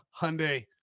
Hyundai